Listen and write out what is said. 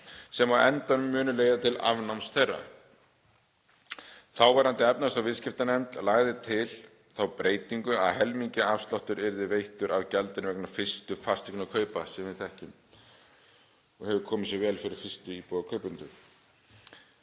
sem á endanum muni leiða til afnáms þeirra.“ Þáverandi efnahags- og viðskiptanefnd lagði til þá breytingu að helmingsafsláttur yrði veittur af gjaldinu vegna fyrstu fasteignakaupa eins og við þekkjum og hefur það komið sér vel fyrir fyrstu íbúðarkaupendur.